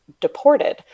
deported